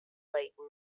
layton